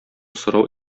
сорау